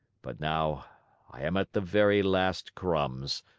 but now i am at the very last crumbs.